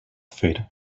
fer